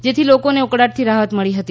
જેથી લોકોને ઉકળાટથી રાહત મળી હતી